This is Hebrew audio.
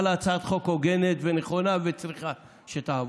הצעת חוק הוגנת ונכונה וצריך שתעבור.